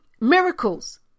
miracles